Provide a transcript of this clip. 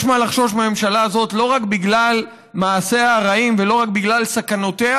יש מה לחשוש מהממשלה הזאת לא רק בגלל מעשיה הרעים ולא רק בגלל סכנותיה,